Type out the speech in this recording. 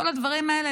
כל הדברים האלה,